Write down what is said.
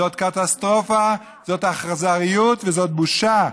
זאת קטסטרופה, זאת אכזריות וזאת בושה.